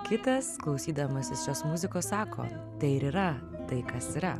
kitas klausydamasis šios muzikos sako tai ir yra tai kas yra